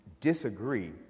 disagree